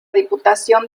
diputación